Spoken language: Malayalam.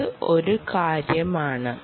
അത് ഒരു കാര്യമാണ്